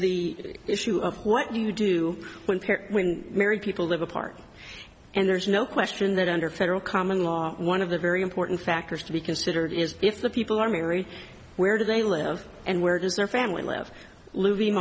the issue of what you do when paired when married people live apart and there's no question that under federal common law one of the very important factors to be considered is if the people are marry where do they live and where does their family live l